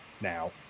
now